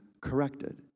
corrected